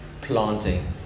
planting